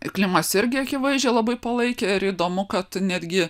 klimas irgi akivaizdžiai labai palaikė ir įdomu kad netgi